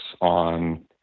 on